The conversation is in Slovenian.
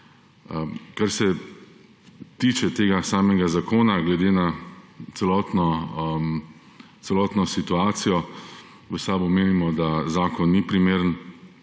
Kar se tiče samega zakona, glede na celotno situacijo v SAB menimo, da zakon ni primeren